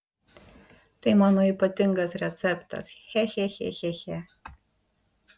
tai mano ypatingas receptas che che che che che